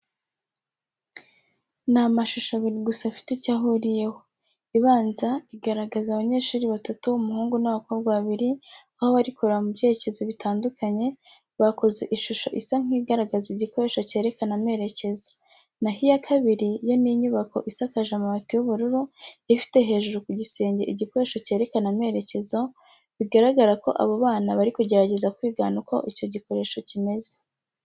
Ni amashusho abiri gusa afite icyo ahuriyeho. Ibanza igaragaza abanyeshuri batatu umuhungu n'abakobwa babiri, aho bari kureba mu byerekezo bitandukanye, bakoze ishusho isa nk'igaragaza igikoresho cyerekana amerekezo. Na ho iya kabiri yo ni inyubako isakaje amabati y'ubururu ifite hejuru ku gisenge igikoresho cyerekana amerekezo, bigaragara ko abo bana bari kugerageza kwigana uko icyo gikoresho kimeze.